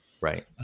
right